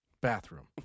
bathroom